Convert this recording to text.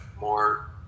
more